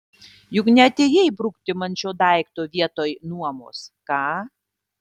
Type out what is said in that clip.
juk neatėjai brukti man šio daikto vietoj nuomos ką